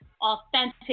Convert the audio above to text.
authentic